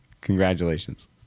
Congratulations